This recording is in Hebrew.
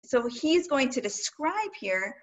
‫אז הוא יכול לתאר פה...